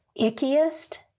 ickiest